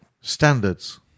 Standards